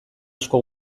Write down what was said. asko